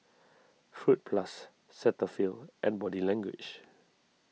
Fruit Plus Cetaphil and Body Language